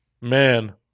man